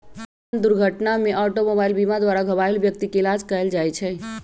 वाहन दुर्घटना में ऑटोमोबाइल बीमा द्वारा घबाहिल व्यक्ति के इलाज कएल जाइ छइ